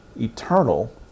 eternal